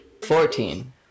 Fourteen